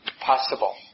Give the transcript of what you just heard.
possible